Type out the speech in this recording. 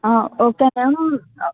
okay ma'am